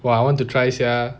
!wah! I want to try sia